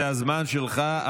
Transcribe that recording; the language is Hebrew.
זה הזמן שלך.